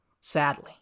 sadly